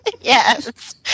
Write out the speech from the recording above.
Yes